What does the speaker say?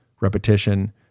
repetition